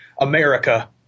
America